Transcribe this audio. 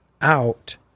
out